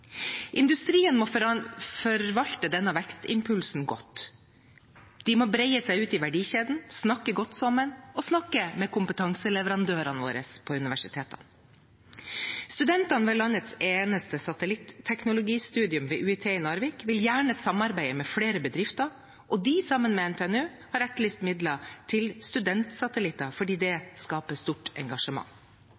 Industrien må forvalte denne vekstimpulsen godt. En må bre seg ut i verdikjeden, snakke godt sammen og snakke med kompetanseleverandørene våre på universitetene. Studentene ved landets eneste satellitteknologistudium ved UiT i Narvik vil gjerne samarbeide med flere bedrifter, og de, sammen med NTNU, har etterlyst midler til studentsatellitter, fordi det